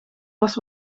was